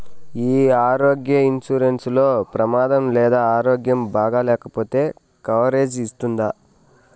ఈ ఆరోగ్య ఇన్సూరెన్సు లో ప్రమాదం లేదా ఆరోగ్యం బాగాలేకపొతే కవరేజ్ ఇస్తుందా?